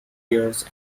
years